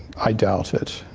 i doubt it.